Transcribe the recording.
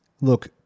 Look